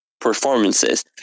performances